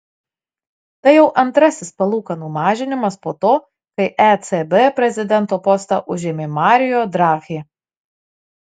tai jau antrasis palūkanų mažinimas po to kai ecb prezidento postą užėmė mario draghi